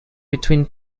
between